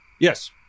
Yes